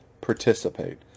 participate